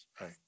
right